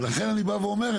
ולכן אני בא ואומר,